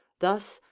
thus,